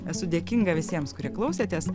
esu dėkinga visiems kurie klausėtės